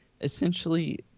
essentially